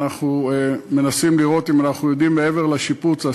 ואנחנו מנסים לראות אם אנחנו יודעים מעבר לשיפוץ גם